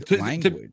language